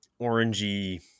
orangey